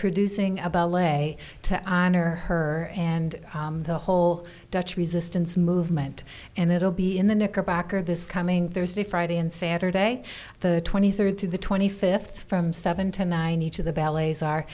producing about the way to honor her and the whole dutch resistance movement and it'll be in the knickerbocker this coming thursday friday and saturday the twenty third to the twenty fifth from seven to nine each of the ballets